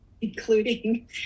including